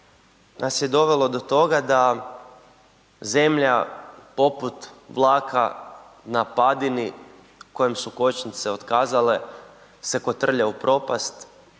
nas je dovelo do toga da zemlja poput vlaka na padini kojem su kočnice otkazale se kotrlja u propast,